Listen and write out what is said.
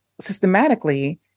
systematically